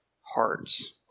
hearts